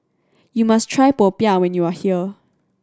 you must try popiah when you are here